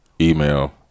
email